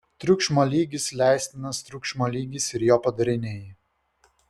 triukšmo lygis leistinas triukšmo lygis ir jo padariniai